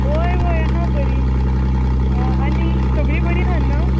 वोय वोय आहांय बोरीं आं आनी सोगळी बोरी आहांय नू